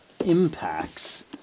impacts